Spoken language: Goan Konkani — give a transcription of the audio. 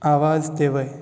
आवाज देंवय